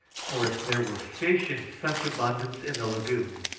for if there were fish in such abundance in the lagoon,